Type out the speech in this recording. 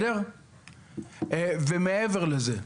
מעבר לזה,